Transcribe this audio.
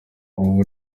ubwa